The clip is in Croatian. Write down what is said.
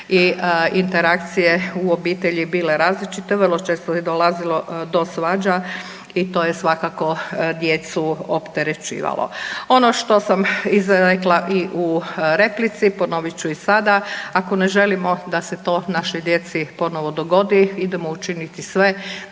i interakcije u obitelji bile različite, vrlo često je dolazilo do svađa i to je svakako djecu opterećivalo. Ono što sam izrekla i u replici ponovit ću i sada. Ako ne želimo da se to našoj djeci ponovo dogodi, idemo učiniti sve